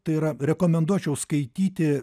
tai yra rekomenduočiau skaityti